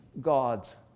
God's